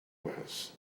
was